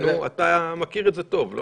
אתה מכיר את זה טוב, לא?